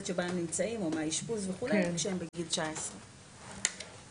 שבה הם נמצאים או מהאשפוז וכו' כשהם בגיל 19. כן.